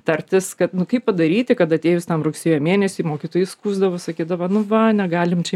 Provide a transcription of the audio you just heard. tartis kad nu kaip padaryti kad atėjus tam rugsėjo mėnesiui mokytojai skųsdavos sakydavo nu va negalim čia